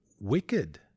Wicked